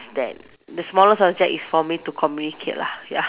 then the smallest object is for me to communicate lah ya